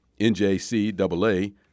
NJCAA